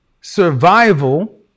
survival